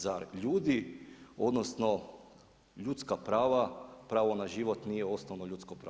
Zar ljudi odnosno ljudska prava, pravo na život nije osnovno ljudsko pravo?